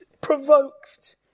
provoked